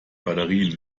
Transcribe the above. batterien